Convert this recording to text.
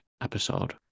episode